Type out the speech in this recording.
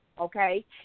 okay